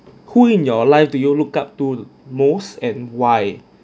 who in your life do you looked up to most and why